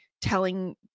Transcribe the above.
telling